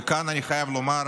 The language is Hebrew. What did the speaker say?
וכאן אני חייב לומר,